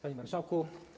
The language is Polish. Panie Marszałku!